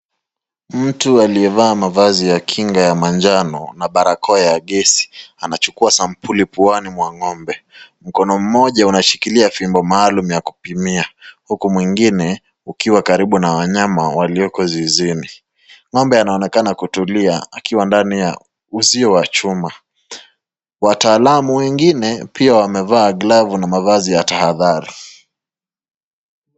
Mtu aliye vaa mavazi ya kinga ya manjano na barakoa ya gesi, anachukua sampuli puani mwa ng'ombe. Mkono moja unashikilia fimbo maalum ya kupimia, huku mwingine ukiwa karibu na wanyama walioko zizini. Ng'ombe anaonekana kutulia akiwa ndani ya uzi wa chuma, wataalamu wengine pia wamevaa glavu na mavazi ya tahadhari.